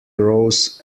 rose